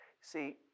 See